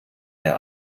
der